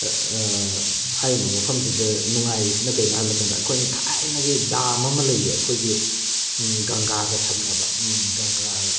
ꯍꯥꯏꯔꯤꯕ ꯃꯐꯝ ꯑꯁꯤꯗ ꯅꯨꯡꯉꯥꯏꯔꯤꯁꯤꯅ ꯀꯩꯅꯣ ꯍꯥꯏ ꯃꯇꯝꯗ ꯑꯩꯈꯣꯏꯅ ꯊꯥꯏꯅꯒꯤ ꯗꯥꯝ ꯑꯃ ꯂꯩꯌꯦ ꯑꯩꯈꯣꯏꯒꯤ ꯒꯪꯒꯥꯒ ꯁꯝꯅꯕ ꯒꯪꯒꯥ